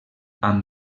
amb